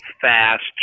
fast